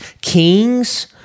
kings